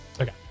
Okay